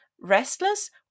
restless